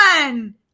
One